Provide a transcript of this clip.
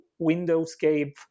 windowscape